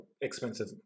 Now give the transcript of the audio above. expensive